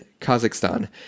Kazakhstan